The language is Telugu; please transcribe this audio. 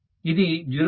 ఇది 0